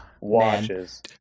watches